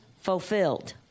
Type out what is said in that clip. fulfilled